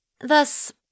thus